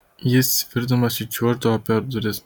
jis svirdamas įčiuoždavo per duris